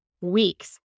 weeks